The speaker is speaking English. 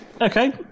Okay